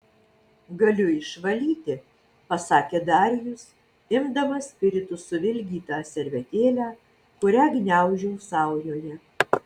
galiu išvalyti pasakė darijus imdamas spiritu suvilgytą servetėlę kurią gniaužiau saujoje